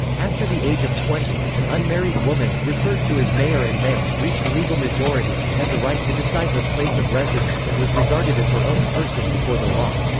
after the age of twenty, an unmarried woman, referred to as maer and mey, reached legal majority and had the right to decide her place of residence and was regarded as her own person before the law.